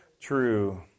true